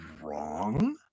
wrong